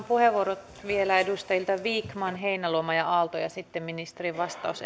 puheenvuorot vielä edustajilta vikman heinäluoma ja aalto ja sitten ministerin vastaus